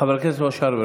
חבר הכנסת משה ארבל,